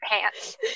pants